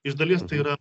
iš dalies tai yra